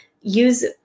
use